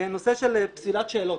נושא של פסילת שאלות.